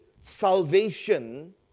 salvation